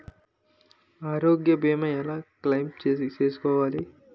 ఆరోగ్య భీమా ఎలా క్లైమ్ చేసుకోవాలి?